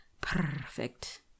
perfect